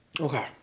Okay